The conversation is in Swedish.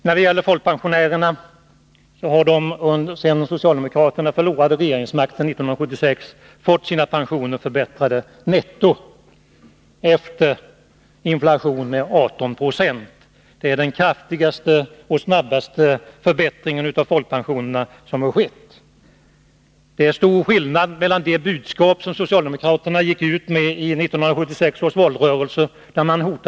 När det gäller folkpensionärerna, så har dessa alltsedan socialdemokraterna förlorade regeringsmakten 1976 fått sina pensioner förbättrade netto efter inflation med 18 96. Det är den kraftigaste och snabbaste förbättringen av folkpensionerna som har skett. Det är stor skillnad jämfört med det budskap som socialdemokraterna gick ut med i 1976 års valrörelse.